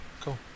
Cool